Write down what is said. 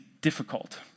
difficult